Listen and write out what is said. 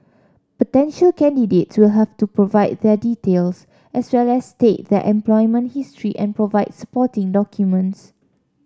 potential candidates will have to provide their details as well as state their employment history and provide supporting documents